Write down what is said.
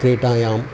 क्रीडायाम्